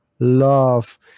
love